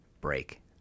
break